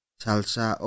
salsa